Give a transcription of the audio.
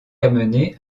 amené